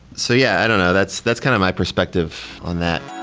so yeah, i don't know. that's that's kind of my perspective on that.